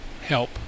help